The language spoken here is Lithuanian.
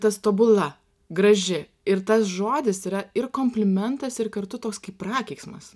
tas tobula graži ir tas žodis yra ir komplimentas ir kartu toks kaip prakeiksmas